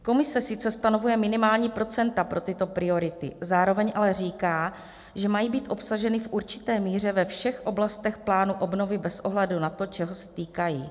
Komise sice stanovuje minimální procenta pro tyto priority, zároveň ale říká, že mají být obsaženy v určité míře ve všech oblastech plánu obnovy bez ohledu na to, čeho se týkají.